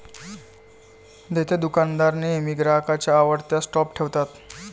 देतेदुकानदार नेहमी ग्राहकांच्या आवडत्या स्टॉप ठेवतात